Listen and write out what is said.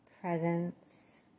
presence